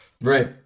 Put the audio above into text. Right